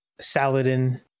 Saladin